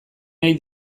nahi